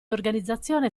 organizzazione